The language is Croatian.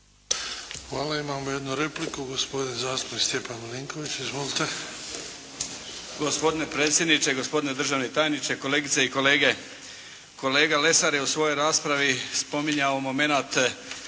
Hvala. Imamo jednu repliku. Gospodin zastupnik Stjepan Milinković. Izvolite. **Milinković, Stjepan (HDZ)** Gospodine predsjedniče, gospodine državni tajniče, kolegice i kolege. Kolega Lesar je u svojoj raspravi spominjao momenat